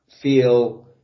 feel